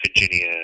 Virginia